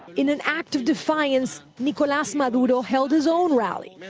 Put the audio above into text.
in an act of defiance, nicolas maduro held his own rally,